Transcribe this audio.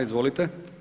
Izvolite.